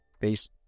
Peace